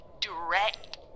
direct